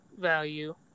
value